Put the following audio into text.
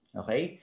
okay